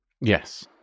Yes